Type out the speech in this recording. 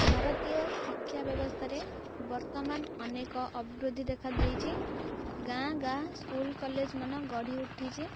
ଭାରତୀୟ ଶିକ୍ଷା ବ୍ୟବସ୍ଥାରେ ବର୍ତ୍ତମାନ ଅନେକ ଅଭିବୃଦ୍ଧି ଦେଖାଦେଇଛି ଗାଁ ଗାଁ ସ୍କୁଲ କଲେଜ ମାନ ଗଢ଼ି ଉଠିଛି